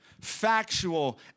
factual